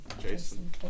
Jason